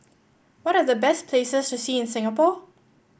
what are the best places to see in Singapore